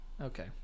Okay